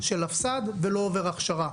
של הפס"ד ולא עובר הכשרה.